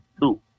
two